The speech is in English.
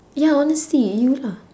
ya honestly you lah